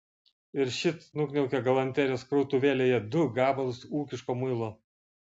ir šit nukniaukė galanterijos krautuvėlėje du gabalus ūkiško muilo